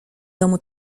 domu